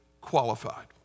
qualified